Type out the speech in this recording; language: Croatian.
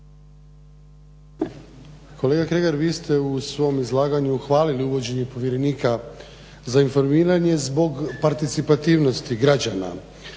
Kolega Kregar vi ste u svom izlaganju hvalili uvođenje povjerenika za informiranje zbog participativnosti građana